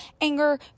anger